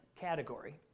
category